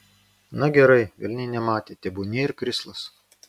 na gerai velniai nematė tebūnie ir krislas